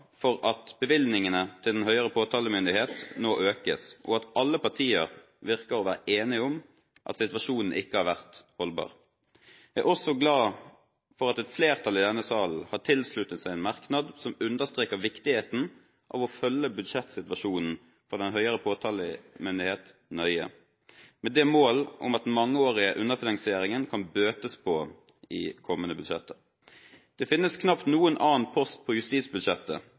for at bevilgningene til den høyere påtalemyndighet nå økes, og at alle partier virker å være enige om at situasjonen ikke har vært holdbar. Jeg er også glad for at et flertall i denne salen har sluttet seg til en merknad som understreker viktigheten av å følge budsjettsituasjonen for den høyere påtalemyndighet nøye, med mål om at den mangeårige underfinansieringen kan bøtes på i kommende budsjetter. Det finnes knapt noen annen post på justisbudsjettet